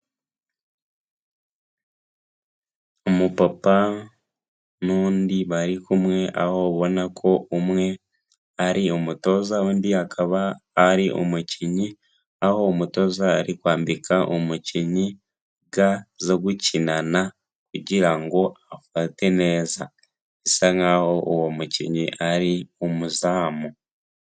Umupapa n'undi bari kumwe aho ubona ko umwe ari umutoza undi akaba ari umukinnyi aho umutoza ari kwambika umukinnyi ga zo gukinana kugira ngo afate neza. bisa nkaho uwo mukinnyi ari umuzamu.